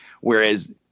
Whereas